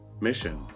Mission